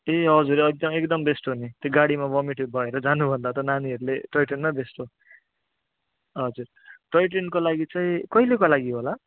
ए हजुर एकदम एकदम बेस्ट हो नि त्यो गाडीमा बोमिट भएर जानुभन्दा त नानीहरूले टय ट्रेनमै बेस्ट हो हजुर टय ट्रेनको लागि चाहिँ कहिलेको लागि होला